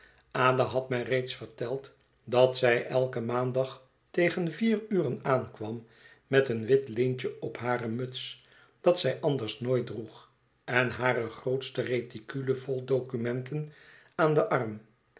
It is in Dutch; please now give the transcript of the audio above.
ada had mij reeds verteld dat zij eiken maandag tegen vier uren aankwam met een wit lintje op hare muts dat zij anders nooit droeg en hare grootste reticule vol documenten aan den arm